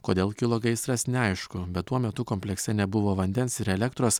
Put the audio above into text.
kodėl kilo gaisras neaišku bet tuo metu komplekse nebuvo vandens ir elektros